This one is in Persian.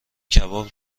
کباب